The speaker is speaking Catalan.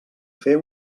fer